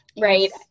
right